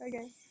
okay